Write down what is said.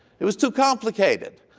it was too complicated.